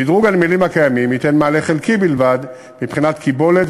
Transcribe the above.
שדרוג הנמלים הקיימים ייתן מענה חלקי בלבד מבחינת קיבולת,